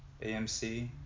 AMC